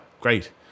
Great